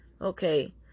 okay